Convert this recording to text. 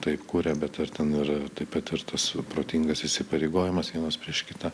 tai kuria bet ar ten yra ta patirtas protingas įsipareigojimas vienas prieš kitą